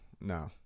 no